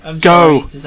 go